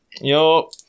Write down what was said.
Yo